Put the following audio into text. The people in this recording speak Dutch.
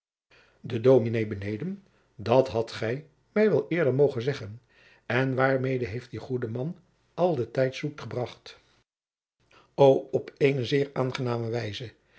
de dominé beneden dat hadt gij mij wel eerder mogen zeggen en waarmede heeft die goede man al den tijd zoek gebracht o op eene zeer aangename wijze